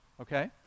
okay